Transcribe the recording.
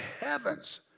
heavens